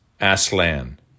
Aslan